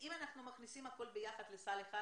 האם זה לא נכון לבחור פה